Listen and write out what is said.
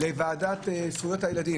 לוועדת זכויות הילד,